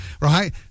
right